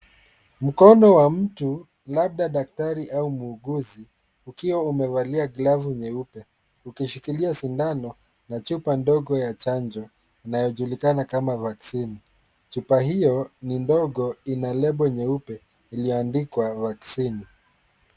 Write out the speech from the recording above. Mkono wa mtu, labda daktari au muuguzi ukiwa umevalia glavu nyeupe, ukishikilia shindano na chupa ndogo ya chanjo, inayojulikam=na kama vaccine . Chupa hiyo ni ndogi ina lebo nyeupe iliyoandikwa Vaccine.